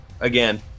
Again